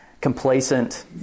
complacent